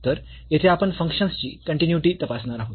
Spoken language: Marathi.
तर येथे आपण फंक्शन्स ची कन्टीन्यूईटी तपासणार आहोत